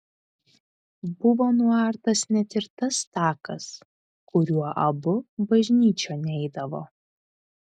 buvo nuartas net ir tas takas kuriuo abu bažnyčion eidavo